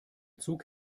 zug